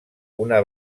una